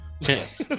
yes